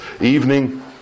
evening